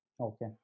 Okay